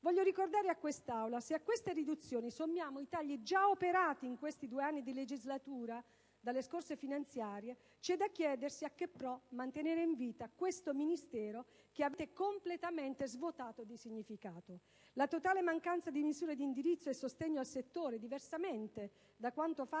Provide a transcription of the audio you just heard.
Voglio ricordare all'Assemblea che, se a queste riduzioni si sommano i tagli già operati in questi due anni di legislatura dalle scorse finanziarie, c'è da chiedersi per quale scopo mantenere in vita questo Ministero che avete completamente svuotato di significato. La totale mancanza di misure di indirizzo e sostegno al settore, diversamente da quanto